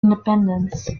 independence